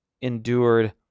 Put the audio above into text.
endured